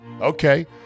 Okay